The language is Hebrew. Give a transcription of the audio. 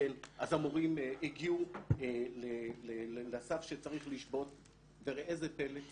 אז המורים הגיעו לסף שצריך לשבות וראה זה פלא,